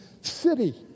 city